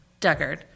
Duggard